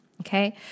Okay